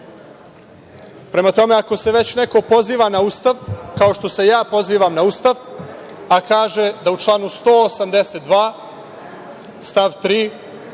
tome, ako se već neko poziva na Ustav, kao što se ja pozivam na Ustav, a kaže da u članu 182. stav 3.